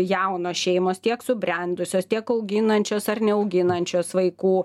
jaunos šeimos tiek subrendusios tiek auginančios ar neauginančios vaikų